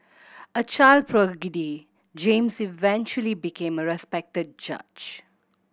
a child prodigy James eventually became a respected judge